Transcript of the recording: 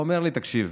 והוא אומר לי: תקשיב,